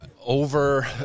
over